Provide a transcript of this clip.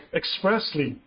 expressly